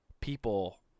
People